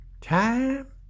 time